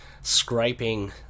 scraping